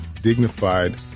dignified